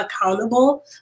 accountable